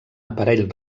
aparell